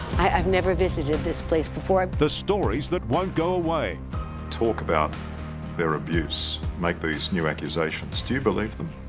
i've never visited this place before the stories. that won't go away talk about their abuse make these new accusations. do you believe them?